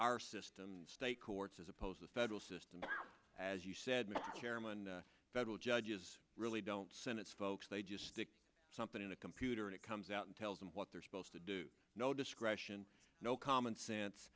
our system state courts as opposed to federal system as you said mr chairman federal judges really don't senate's folks they just stick something in a computer and it comes out and tells them what they're supposed to do no discretion no commonsense